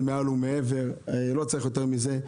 לא צריך יותר מזה.